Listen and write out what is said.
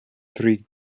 tri